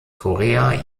korea